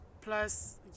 plus